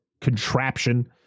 contraption